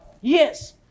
Yes